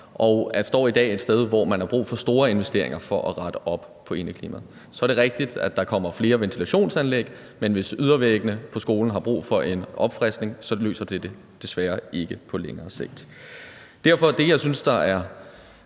og står i dag et sted, hvor man har brug for store investeringer for at rette op på indeklimaet. Så er det rigtigt, at der kommer flere ventilationsanlæg, men hvis ydervæggene på skolen har brug for en opfriskning, løser dette det desværre ikke på længere sigt. Derfor er det, jeg synes er